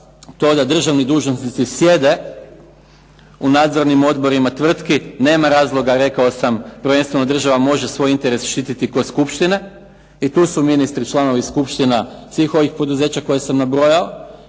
to da državni dužnosnici sjede u nadzornim odborima tvrtki. Nema razloga, rekao sam, prvenstveno država može svoj interes štititi kroz skupštine i tu su ministri članovi skupština svih ovih poduzeća koje sam nabrojao.